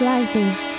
Rises